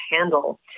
handle